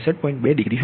2 degree હશે